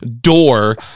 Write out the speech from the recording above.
door